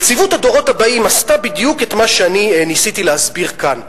נציבות הדורות הבאים עשתה בדיוק את מה שאני ניסיתי להסביר כאן,